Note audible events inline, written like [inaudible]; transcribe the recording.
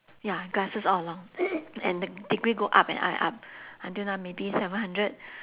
ya glasses all along [coughs] and the degree go up and up and up until now maybe seven hundred